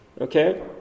Okay